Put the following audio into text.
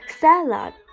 salad